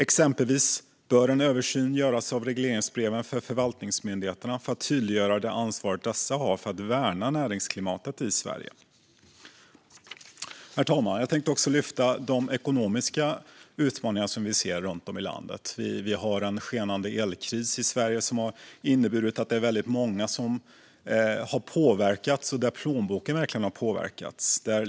Exempelvis bör en översyn göras av regleringsbreven för förvaltningsmyndigheterna för att tydliggöra det ansvar dessa har för att värna näringsklimatet i Sverige. Herr talman! Jag tänkte också lyfta fram de ekonomiska utmaningar som vi ser runt om i landet. Vi har en skenande elkris i Sverige som inneburit att väldigt många har påverkats och där plånboken verkligen har påverkats.